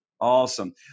Awesome